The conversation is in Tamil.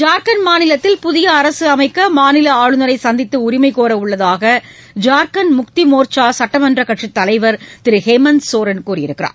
ஜார்க்கண்ட் மாநிலத்தில் புதிய அரசு அமைக்க மாநில ஆளுநரை சந்தித்து உரிமை கோர உள்ளதாக ஜார்க்கண்ட் முக்தி மோர்ச்சா சட்டமன்ற கட்சித் தலைவர் திரு ஹேமந்த் சோரன் கூறியிருக்கிறார்